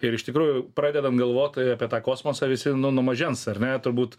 ir iš tikrųjų pradedam galvot apie tą kosmosą visi nu nuo mažens ar ne turbūt